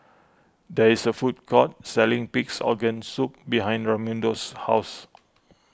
there is a food court selling Pigs Organ Soup behind Raymundo's house